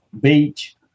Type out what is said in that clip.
beach